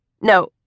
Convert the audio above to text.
No